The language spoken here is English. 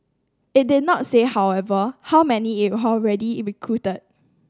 it did not say however how many it had already recruited